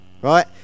right